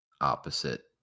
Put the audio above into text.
opposite